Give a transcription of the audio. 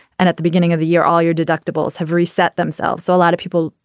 and at the beginning of the year, all your deductibles have reset themselves. so a lot of people,